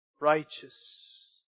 righteous